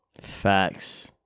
facts